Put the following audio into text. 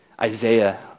Isaiah